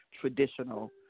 traditional